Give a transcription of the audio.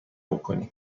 بکنیم